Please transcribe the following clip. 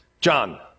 John